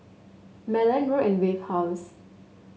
Malan Road and Wave House